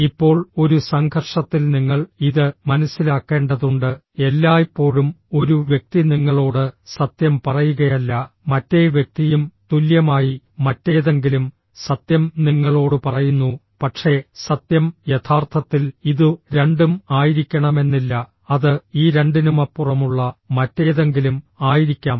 ഇപ്പോൾ ഒരു സംഘർഷത്തിൽ നിങ്ങൾ ഇത് മനസ്സിലാക്കേണ്ടതുണ്ട് എല്ലായ്പ്പോഴും ഒരു വ്യക്തി നിങ്ങളോട് സത്യം പറയുകയല്ല മറ്റേ വ്യക്തിയും തുല്യമായി മറ്റേതെങ്കിലും സത്യം നിങ്ങളോട് പറയുന്നു പക്ഷേ സത്യം യഥാർത്ഥത്തിൽ ഇതു രണ്ടും ആയിരിക്കണമെന്നില്ല അത് ഈ രണ്ടിനുമപ്പുറമുള്ള മറ്റേതെങ്കിലും ആയിരിക്കാം